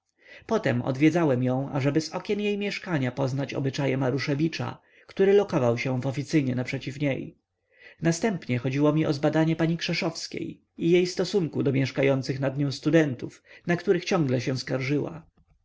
potem odwiedzałem ją ażeby z okien jej mieszkania poznać obyczaje maruszewicza który lokował się w oficynie naprzeciw niej następnie chodziło mi o zbadanie pani krzeszowskiej i jej stosunku do mieszkających nad nią studentów na których ciągle się skarżyła